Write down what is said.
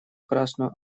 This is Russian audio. красную